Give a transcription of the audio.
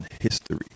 history